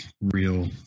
real